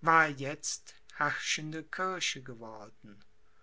war jetzt herrschende kirche geworden